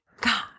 God